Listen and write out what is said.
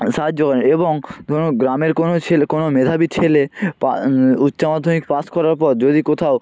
সাহায্য করেন এবং ধরুন গ্রামের কোনো ছেলে কোনো মেধাবী ছেলে পা উচ্চামাধ্যমিক পাশ করার পর যদি কোথাও